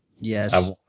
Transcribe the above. Yes